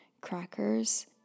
crackers